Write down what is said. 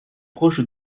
proche